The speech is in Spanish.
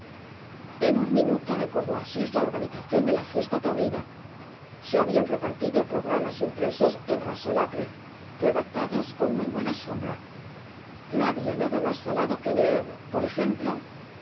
en un minuto recordó asís la organización de la fiesta taurina se habían repartido programas impresos en raso lacre redactados con muy buena sombra no había nada más salado que leer por ejemplo